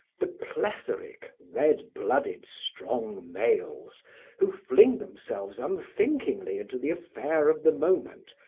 the plethoric, red-blooded, strong males who fling themselves unthinkingly into the affair of the moment,